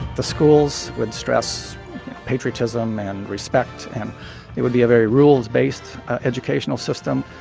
the schools would stress patriotism and respect. and it would be a very rules-based educational system.